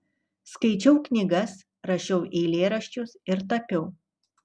skaičiau knygas rašiau eilėraščius ir tapiau